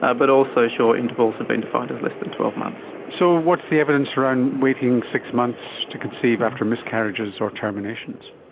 ah but also short intervals have been defined as less than twelve months. so what's the evidence around waiting six months to conceive after miscarriages or terminations?